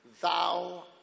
thou